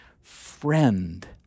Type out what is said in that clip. friend